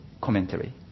commentary